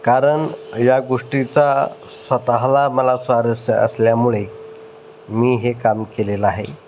कारण या गोष्टीचा स्वतःला मला स्वारस्य असल्यामुळे मी हे काम केलेलं आहे